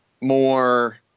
more